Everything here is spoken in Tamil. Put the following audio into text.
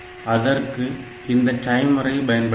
அதற்கு இந்த டைமரை பயன்படுத்தலாம்